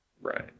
Right